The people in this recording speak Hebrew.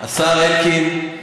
השר אלקין,